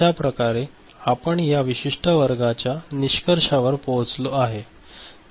तर अश्याप्रकारे आपण या विशिष्ट वर्गाच्या निष्कर्षावर पोहोचलो आहे